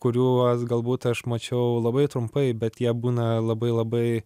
kuriuos galbūt aš mačiau labai trumpai bet jie būna labai labai